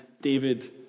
David